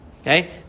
Okay